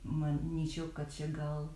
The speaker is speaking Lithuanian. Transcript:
manyčiau kad čia gal